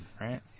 right